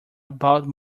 about